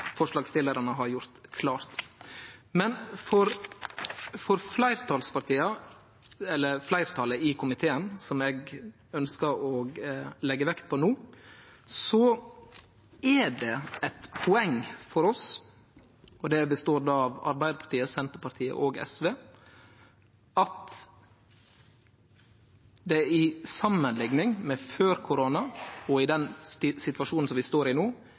forslagsstillarane har gjort klart. Men for fleirtalet i komiteen, som består av Arbeidarpartiet, Senterpartiet og SV, er det eit poeng at når ein samanliknar situasjonen før korona og den vi står i no,